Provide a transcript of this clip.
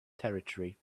territory